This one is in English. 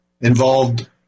involved